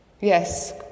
Yes